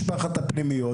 משפחת הפנימיות,